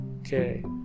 Okay